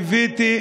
קיוויתי,